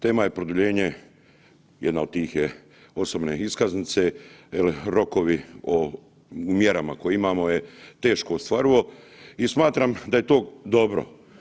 Tema je produljenje, jedna od tih je osobne iskaznice jer rokovi o mjerama koje imamo je teško ostvarivo i smatram da je to dobro.